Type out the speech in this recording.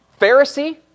Pharisee